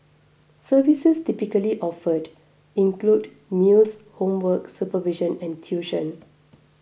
services typically offered include meals homework supervision and tuition